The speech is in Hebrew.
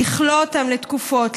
לכלוא אותם לתקופות,